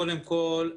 קודם כול,